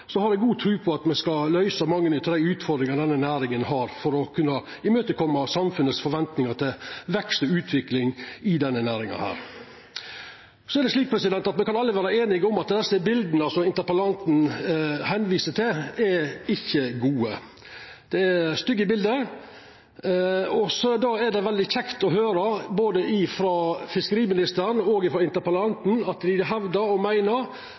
så vidt einig med førre talar, Rasmus Hansson, som meiner at me må løysa dei utfordringane denne næringa har. Det vert det jobba aktivt og intensivt med gjennom utviklingskonsesjonane. Når ein ser på søknadsmengda der, har eg god tru på at me skal løysa mange av dei utfordringane denne næringa har, for å kunna imøtekoma samfunnets forventningar til vekst og utvikling i denne næringa. Me kan alle vera einige om at dei bilda som interpellanten viste til, ikkje er gode. Det er stygge bilde. Då er det veldig kjekt